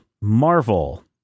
Marvel